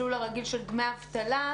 המסלול הרגיל של דמי אבטלה.